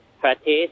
practice